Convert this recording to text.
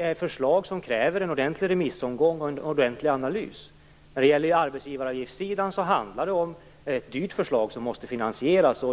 är förslag som självfallet kräver en ordentlig remissomgång och en ordentlig analys. På arbetsgivaravgiftssidan handlar det om ett dyrt förslag, som måste finansieras.